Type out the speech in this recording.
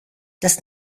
das